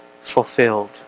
fulfilled